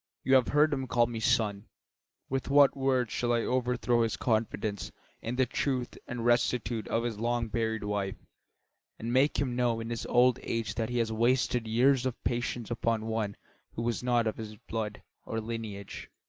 you have heard him call me son with what words shall i overthrow his confidence in the truth and rectitude of his long-buried wife and make him know in his old age that he has wasted years of patience upon one who was not of his blood or lineage?